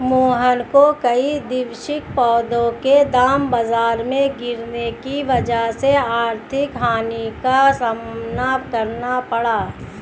मोहन को कई द्विवार्षिक पौधों के दाम बाजार में गिरने की वजह से आर्थिक हानि का सामना करना पड़ा